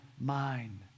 mind